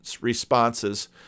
responses